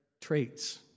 Traits